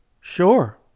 Sure